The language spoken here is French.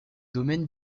domaines